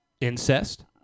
incest